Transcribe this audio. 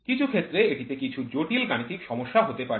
কিছু ক্ষেত্রে এটিতে কিছু জটিল গাণিতিক সমস্যা হতে পারে